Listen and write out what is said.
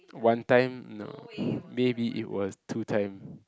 one time no maybe it was two times